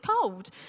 cold